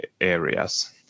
areas